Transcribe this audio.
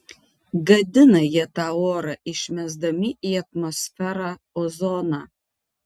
gadina jie tą orą išmesdami į atmosferą ozoną